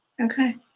Okay